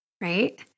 right